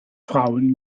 frauen